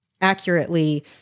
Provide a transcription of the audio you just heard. accurately